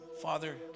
Father